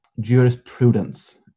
jurisprudence